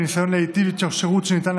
חברת הכנסת אימאן ח'טיב יאסין,